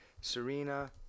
Serena